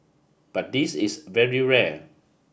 but this is very rare